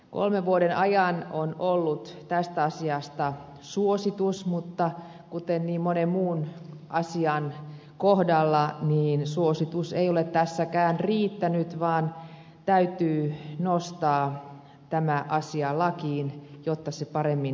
kolmen vuoden ajan on ollut tästä asiasta suositus mutta kuten niin monen muun asian kohdalla suositus ei ole tässäkään riittänyt vaan täytyy nostaa tämä asia lakiin jotta se paremmin tehoaisi